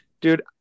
Dude